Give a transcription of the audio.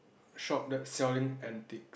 shop that selling antiques